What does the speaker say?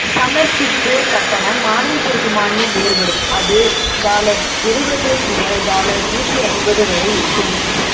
சமர்ப்பிப்புக் கட்டணம் மாநிலத்திற்கு மாநிலம் வேறுபடும் அது டாலர் இருபது முதல் டாலர் நூற்றி ஐம்பது வரை இருக்கும்